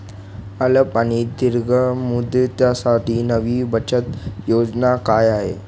अल्प आणि दीर्घ मुदतीसाठी नवी बचत योजना काय आहे?